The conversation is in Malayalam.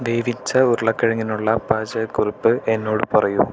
വേവിച്ച ഉരുളക്കിഴങ്ങിനുള്ള പാചകക്കുറിപ്പ് എന്നോട് പറയൂ